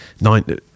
nine